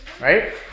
right